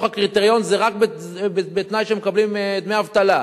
הקריטריון זה רק בתנאי שהם מקבלים דמי אבטלה.